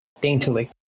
daintily